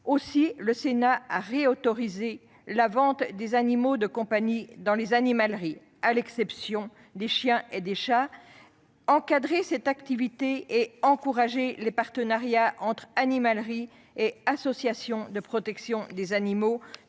pourquoi le Sénat a autorisé de nouveau la vente des animaux de compagnie dans les animaleries, à l'exception des chiens et des chats, encadré cette activité et encouragé les partenariats entre animaleries et associations de protection des animaux,